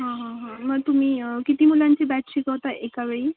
हां हां हां मग तुम्ही किती मुलांची बॅच शिकवता एकावेळी